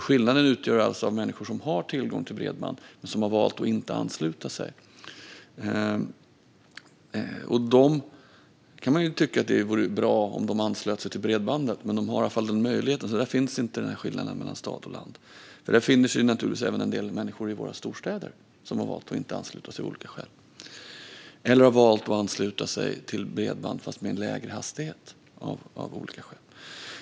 Skillnaden utgörs alltså av människor som har tillgång till bredband men som har valt att inte ansluta sig. Man kan tycka att det vore bra om de anslöt sig till bredband, och de har i alla fall den möjligheten. Där finns inte skillnaden mellan stad och land, för det finns även en del människor i våra storstäder som av olika skäl har valt att inte ansluta sig alls eller att ansluta sig till bredband med lägre hastighet. Herr ålderspresident!